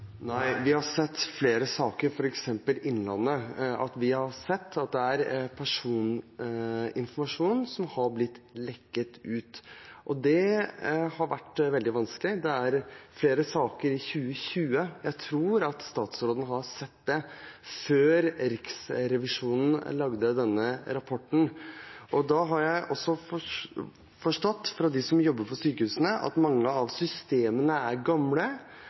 Vi har sett flere saker, f.eks. i Innlandet, der personinformasjon har blitt lekket. Det har vært veldig vanskelig. Det var flere saker i 2020, og jeg tror statsråden har sett det, før Riksrevisjonen lagde denne rapporten. Jeg har også forstått av dem som jobber på sykehusene, at mange av systemene er gamle,